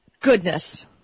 goodness